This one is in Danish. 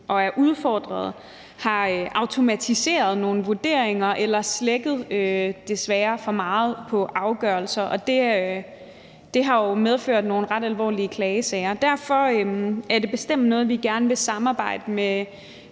og er udfordret – har automatiseret nogle vurderinger eller slækket, desværre, for meget på afgørelser, og det har medført nogle ret alvorlige klagesager. Derfor er det bestemt noget, vi gerne vil samarbejde med